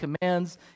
commands